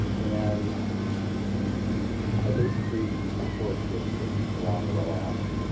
and we are basically the historic district along oella avenue.